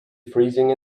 freezing